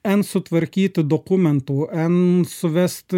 en sutvarkyti dokumentų en suvesti